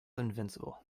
invincible